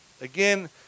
Again